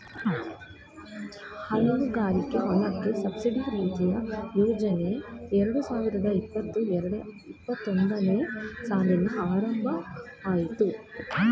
ಹೈನುಗಾರಿಕೆ ಹೊಲಕ್ಕೆ ಸಬ್ಸಿಡಿ ರಿಯಾಯಿತಿ ಯೋಜನೆ ಎರಡು ಸಾವಿರದ ಇಪ್ಪತು ಇಪ್ಪತ್ತೊಂದನೇ ಸಾಲಿನಲ್ಲಿ ಆರಂಭ ಅಯ್ತು